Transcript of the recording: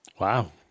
Wow